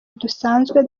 dusanzwe